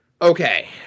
Okay